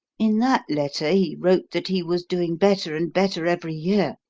in that letter he wrote that he was doing better and better every year,